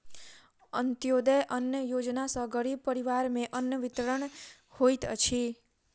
अन्त्योदय अन्न योजना सॅ गरीब परिवार में अन्न वितरण होइत अछि